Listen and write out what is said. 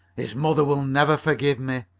his mother will never forgive me!